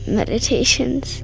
meditations